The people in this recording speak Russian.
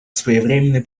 своевременной